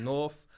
North